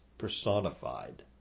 personified